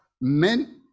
men